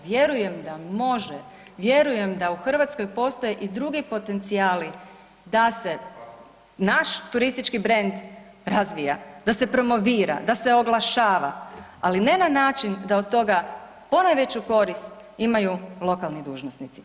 Vjerujem da može, vjerujem da u Hrvatskoj postoje i drugi potencijali da se naš turistički brend razvija, da se promovira, da se oglašava, ali ne na način da od toga ponajveću korist imaju lokalni dužnosnici.